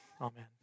Amen